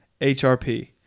HRP